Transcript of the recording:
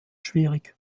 schwierig